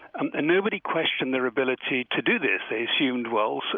and and nobody questioned their ability to do this. they assumed, well, so